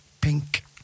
pink